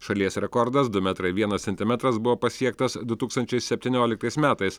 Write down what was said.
šalies rekordas du metrai vienas centimetras buvo pasiektas du tūkstančiai septynioliktais metais